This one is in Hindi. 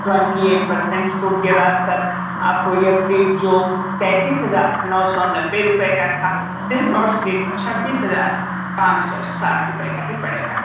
ट्वेंटी ऐट परसेंट छूट के बाद सर आपको यह फ्रिज जो पैतीस हज़ार नौ सौ नब्बे रुपये का था सिर्फ और सिर्फ छब्बीस हज़ार पाँच सो साठ रुपये का ही पड़ेगा